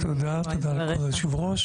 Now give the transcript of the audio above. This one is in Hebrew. תודה כבוד היושבת-ראש.